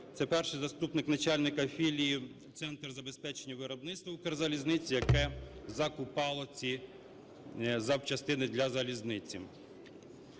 це перший заступник начальника філії "Центр забезпечення виробництва" "Укрзалізниці", яке закупало ці запчастини для залізниці.